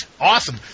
Awesome